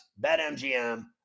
BetMGM